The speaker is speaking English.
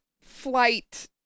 flight